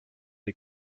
les